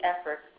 efforts